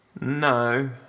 No